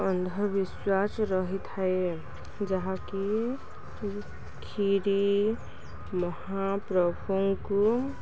ଅନ୍ଧବିଶ୍ୱାସ ରହିଥାଏ ଯାହାକି ଖିରୀ ମହାପ୍ରଭୁଙ୍କୁ